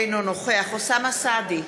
אינו נוכח אוסאמה סעדי,